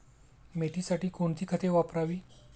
मेथीसाठी कोणती खते वापरावी?